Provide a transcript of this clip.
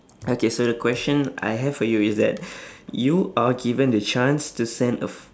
okay so the question I have for you is that you are given the chance to send a f~